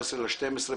ה-19 בדצמבר 2018,